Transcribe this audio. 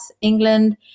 England